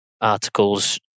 articles